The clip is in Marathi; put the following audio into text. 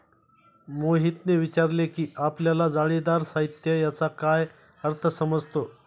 मोहितने विचारले की आपल्याला जाळीदार साहित्य याचा काय अर्थ समजतो?